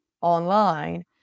online